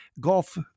golf